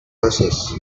oasis